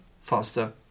faster